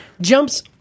jumps